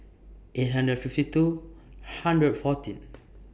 eight hundred fifty two hundred fourteen